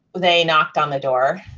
they knocked on the door,